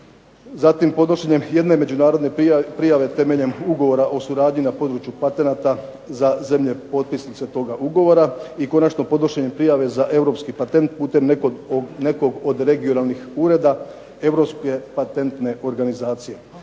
zatim podnošenjem jedne međunarodne prijave temeljem Ugovora o suradnji na području patenata za zemlje potpisnice toga ugovora i konačno podnošenjem prijave za europski patent putem nekog od regionalnih ureda Europske patentne organizacije.